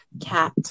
Cat